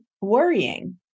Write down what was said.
worrying